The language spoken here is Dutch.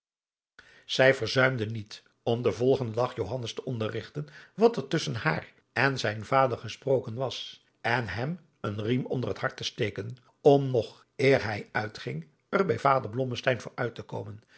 zij verzuimde niet om den volgenden dag johannes te onderrigten wat er tusschen haar en zijn vader gesproken was en hem een riem onder het hart te steken om nog eer hij uitging er bij vader blommesteyn voor uit te komen